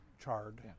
charred